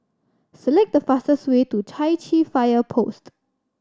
select the fastest way to Chai Chee Fire Post